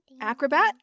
Acrobat